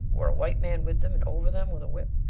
were a white man with them and over them with a whip,